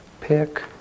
pick